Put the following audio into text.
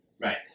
Right